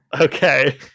Okay